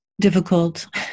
difficult